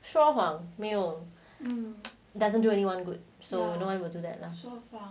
说谎没有 doesn't do anyone good so no I will do that lah so far